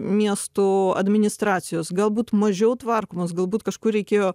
miestų administracijos galbūt mažiau tvarkomos galbūt kažkur reikėjo